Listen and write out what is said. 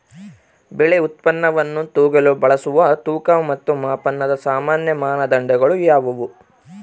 ಬೆಳೆ ಉತ್ಪನ್ನವನ್ನು ತೂಗಲು ಬಳಸುವ ತೂಕ ಮತ್ತು ಮಾಪನದ ಸಾಮಾನ್ಯ ಮಾನದಂಡಗಳು ಯಾವುವು?